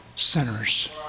sinners